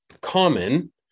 common